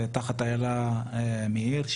תחת איילה מאיר,